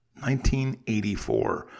1984